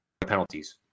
penalties